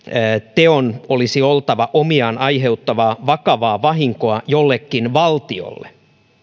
teon olisi oltava omiaan aiheuttamaan vakavaa vahinkoa jollekin valtiolle